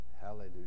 hallelujah